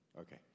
Okay